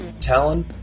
Talon